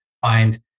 find